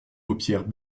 paupières